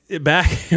back